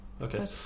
Okay